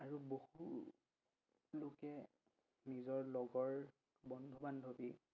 আৰু বহুলোকে নিজৰ লগৰ বন্ধু বান্ধৱী